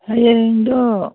ꯍꯌꯦꯡꯗꯣ